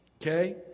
Okay